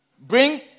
Bring